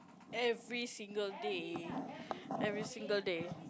every single day every single day